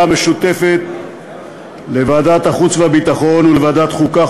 המשותפת לוועדת החוץ והביטחון ולוועדת החוקה,